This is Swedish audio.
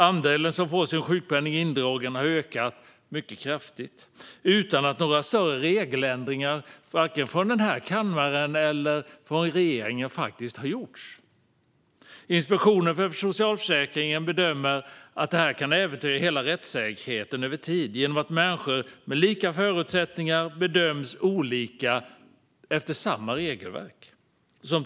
Andelen som får sin sjukpenning indragen har ökat mycket kraftigt utan att några större regeländringar har gjorts, vare sig i denna kammaren eller av regeringen. Inspektionen för socialförsäkringen bedömer att detta kan äventyra hela rättssäkerheten över tid genom att människor med lika förutsättningar bedöms olika trots att det är samma regelverk.